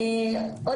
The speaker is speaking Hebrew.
פה